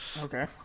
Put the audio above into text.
Okay